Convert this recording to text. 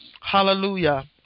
Hallelujah